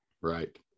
right